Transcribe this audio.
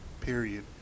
period